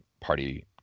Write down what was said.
party